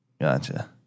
Gotcha